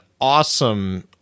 awesome